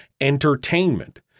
entertainment